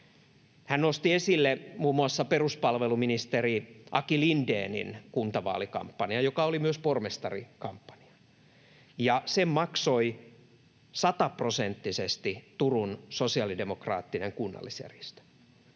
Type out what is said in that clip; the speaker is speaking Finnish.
Hän nosti esille muun muassa peruspalveluministeri Aki Lindénin kuntavaalikampanjan, joka oli myös pormestarikampanja, ja sen maksoi sataprosenttisesti Turun Sosialidemokraattinen Kunnallisjärjestö.